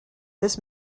this